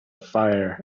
fire